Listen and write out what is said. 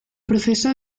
proceso